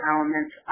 Elements